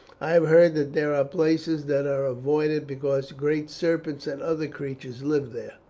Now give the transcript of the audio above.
i have heard that there are places that are avoided because great serpents and other creatures live there,